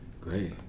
Great